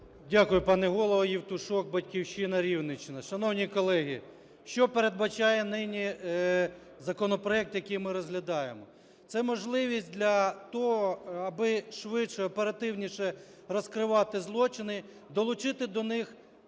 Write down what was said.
Дякую, пане Голово. Євтушок, "Батьківщина", Рівненщина. Шановні колеги, що передбачає нині законопроект, який ми розглядаємо? Це можливість для того, аби швидше, оперативніше розкривати злочини, долучити до них